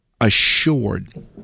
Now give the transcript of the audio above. assured